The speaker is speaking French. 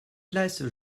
place